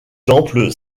temple